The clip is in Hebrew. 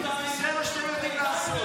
זה מה שאתם יודעים לעשות.